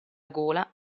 gola